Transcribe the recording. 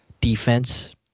defense